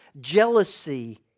jealousy